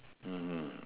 mmhmm